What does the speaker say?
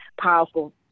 powerful